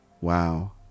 wow